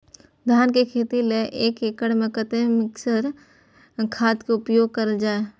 धान के खेती लय एक एकड़ में कते मिक्चर खाद के उपयोग करल जाय?